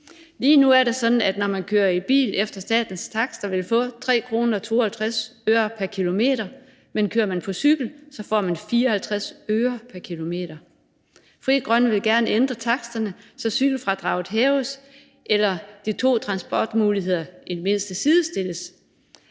Lige nu er det sådan, at når man kører i bil efter statens takster, vil man få 3,52 kr. pr. kilometer, men kører man på cykel, får man 54 øre pr. kilometer. Frie Grønne vil gerne ændre taksterne, så cykelfradraget hæves, eller så de to transportmuligheder i det mindste sidestilles.